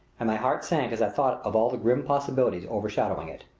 and my heart sank as i thought of all the grim possibilities overshadowing it.